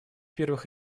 первых